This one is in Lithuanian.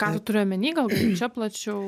ką tu turi omeny gal čia plačiau